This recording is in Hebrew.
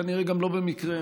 כנראה גם לא במקרה,